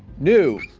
new.